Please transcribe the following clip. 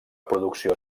producció